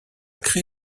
créé